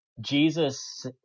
Jesus